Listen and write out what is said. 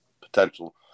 potential